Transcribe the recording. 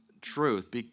truth